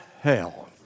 hell